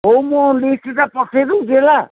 ହଉ ମୁଁ ଲିଷ୍ଟଟା ପଠେଇ ଦେଉଛି ହେଲା